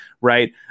right